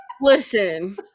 Listen